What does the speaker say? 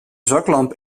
zaklamp